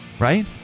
Right